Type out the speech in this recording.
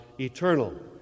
eternal